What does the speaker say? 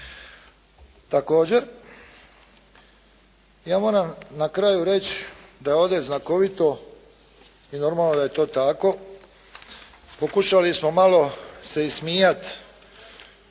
Također ja moram na kraju reći da je ovdje znakovito i normalno da je to tako, pokušali smo malo se ismijati.